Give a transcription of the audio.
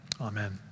Amen